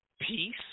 peace